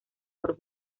por